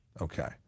Okay